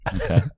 Okay